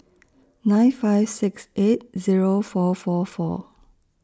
nine five six eight Zero four four four